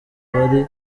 bari